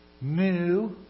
new